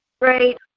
Great